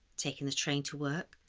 taking the train to work,